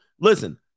Listen